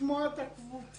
לשמוע את הקבוצה